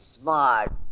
smart